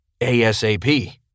ASAP